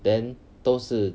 then 都是